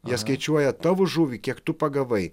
jie skaičiuoja tavo žuvį kiek tu pagavai